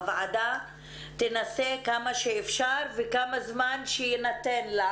הוועדה תנסה כמה שאפשר וכמה זמן שיינתן לה,